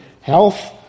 health